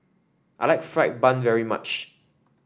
I like fried bun very much